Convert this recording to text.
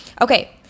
Okay